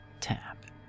tap